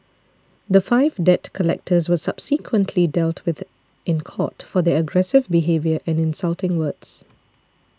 the five debt collectors were subsequently dealt with in court for their aggressive behaviour and insulting words